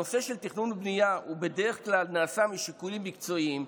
הנושא של תכנון ובנייה בדרך כלל נעשה משיקולים מקצועיים.